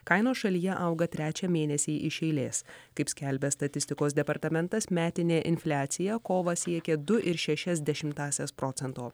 kainos šalyje auga trečią mėnesį iš eilės kaip skelbia statistikos departamentas metinė infliacija kovą siekė du ir šešias dešimtąsias procento